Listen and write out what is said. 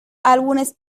álbumes